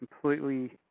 completely